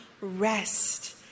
rest